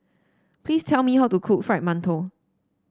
please tell me how to cook Fried Mantou